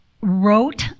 wrote